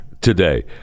today